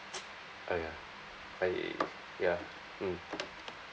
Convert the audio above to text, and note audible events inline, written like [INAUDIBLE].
[NOISE] !aiya! I ya mm